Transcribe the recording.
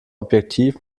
objektiv